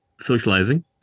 socializing